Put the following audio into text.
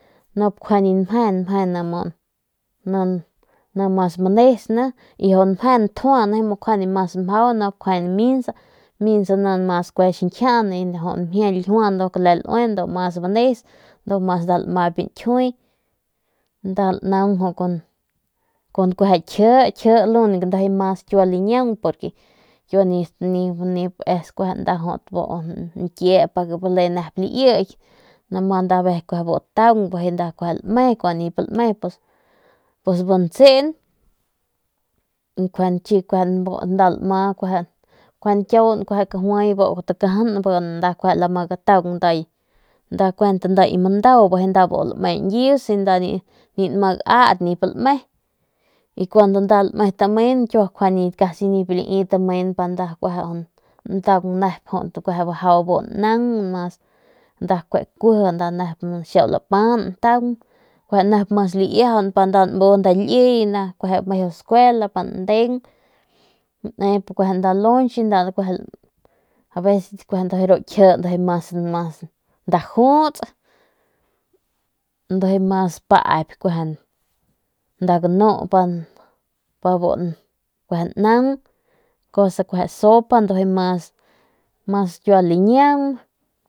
No kjuende mje ne mas paaip y bi mje lme es de ntjua lmu mas banis no de biu minsa ne mas xinchijian y ru ljiu es mas mkia lmaip ntjui y lmu kie aveces nip kiua lii lo que lii nkiep pus kiua xiau kuando nda alejen kueje lm e y cundo nip lme y kian cua kuaju takajan lme ma gatan nda ki mandado y casi kiua nip tamen tamin pa nda jo la ntan nep no mas tatanan lo ke nda nuun laep nda lonche mas paap nda gnu pa bu kueje nan ndaja sopa.